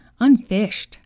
unfished